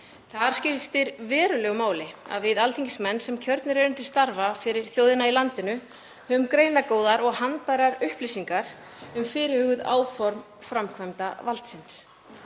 Þar skiptir verulegu máli að við alþingismenn, sem kjörnir erum til starfa fyrir þjóðina í landinu, höfum greinargóðar og handbærar upplýsingar um fyrirhuguð áform framkvæmdarvaldsins.